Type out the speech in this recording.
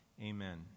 Amen